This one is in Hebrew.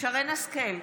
שרן מרים השכל,